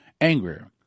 Angrier